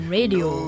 Radio